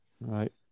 Right